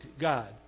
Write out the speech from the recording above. God